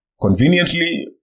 conveniently